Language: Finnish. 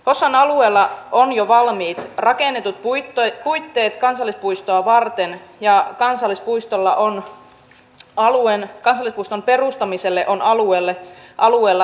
hossan alueella on jo valmiit rakennetut puitteet kansallispuistoa varten ja kansallispuiston perustamiselle on alueella yksimielinen tuki